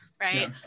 right